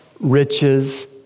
Riches